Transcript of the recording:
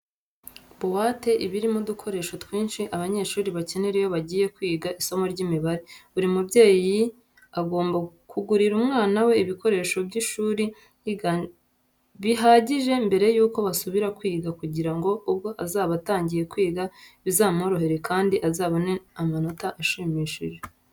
Buwate iba irimo udukoresho twinshi abanyeshuri bakenera iyo bagiye kwiga isomo ry'imibare. Buri mubyeyi agomba kugurira umwana we ibikoresho by'ishuri bihagije mbere yuko basubira kwiga kugira ngo ubwo azaba atangiye kwiga bizamworohere kandi azabone n'amanota ashimishije.